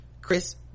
Chris